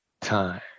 time